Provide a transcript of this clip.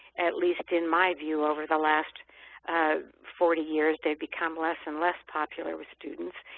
at least in my view over the last forty years. they've become less and less popular with students.